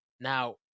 now